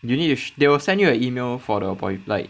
you need to sh~ they will send you a email for the appoint like